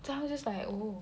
so I was just like oh